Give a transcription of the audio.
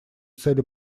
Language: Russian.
цели